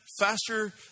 faster